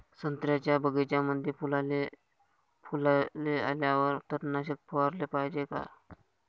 संत्र्याच्या बगीच्यामंदी फुलाले आल्यावर तननाशक फवाराले पायजे का?